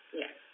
yes